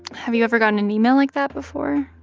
have you ever gotten an email like that before?